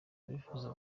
abifuza